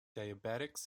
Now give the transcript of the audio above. diabetics